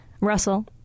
Russell